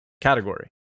category